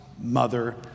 mother